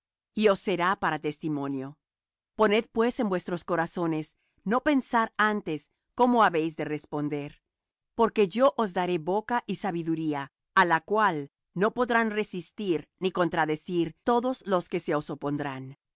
os será para testimonio poned pues en vuestros corazones no pensar antes cómo habéis de responder porque yo os daré boca y sabiduría á la cual no podrán resistir ni contradecir todos los que se os opondrán